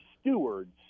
stewards